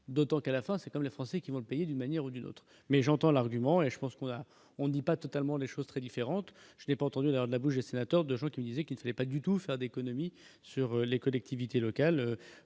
d'autant qu'à la fin, c'est comme les Français qui vont le payer d'une manière ou d'une autre, mais j'entends l'argument et je pense qu'on a, on dit pas totalement les choses très différentes, je n'ai pas entendu leur la bouche, sénateur de gens qui disaient qu'il est pas du tout faire d'économies sur les collectivités locales,